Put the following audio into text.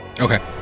okay